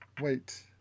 wait